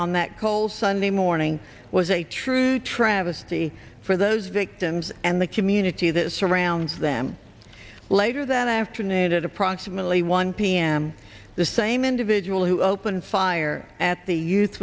on that cold sunday morning was a true travesty for those victims and the community that surrounds them later that afternoon at approximately one p m the same individual who opened fire at the youth